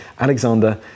Alexander